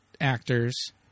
actors